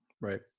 Right